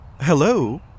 Hello